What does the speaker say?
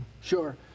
Sure